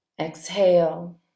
Exhale